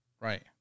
Right